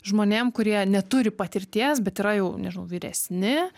žmonėm kurie neturi patirties bet yra jau nežinau vyresni